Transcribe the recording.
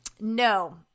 No